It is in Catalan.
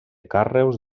carreus